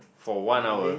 for one hour